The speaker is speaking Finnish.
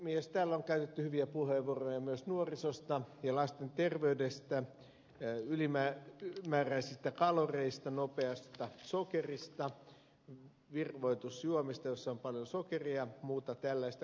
täällä on käytetty hyviä puheenvuoroja myös nuorisosta ja lasten terveydestä ylimääräisistä kaloreista nopeasta sokerista virvoitusjuomista joissa on paljon sokeria muuta tällaista